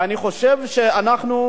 ואני חושב שאנחנו,